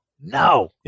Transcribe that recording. no